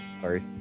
Sorry